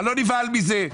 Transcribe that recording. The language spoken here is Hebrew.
אני לא נבהל מזה.